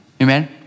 Amen